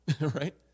right